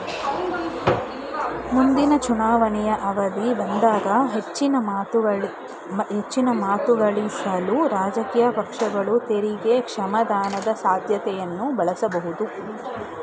ಮುಂದಿನ ಚುನಾವಣೆಯ ಅವಧಿ ಬಂದಾಗ ಹೆಚ್ಚಿನ ಮತಗಳನ್ನಗಳಿಸಲು ರಾಜಕೀಯ ಪಕ್ಷಗಳು ತೆರಿಗೆ ಕ್ಷಮಾದಾನದ ಸಾಧ್ಯತೆಯನ್ನ ಬಳಸಬಹುದು